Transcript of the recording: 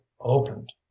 opened